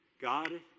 God